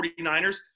49ers